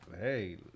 hey